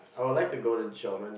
I would like to go to Germany